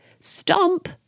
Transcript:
stomp